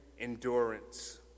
endurance